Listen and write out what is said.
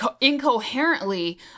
incoherently